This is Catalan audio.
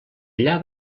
allà